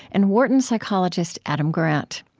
and wharton psychologist adam grant.